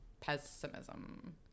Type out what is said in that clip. pessimism